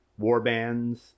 warbands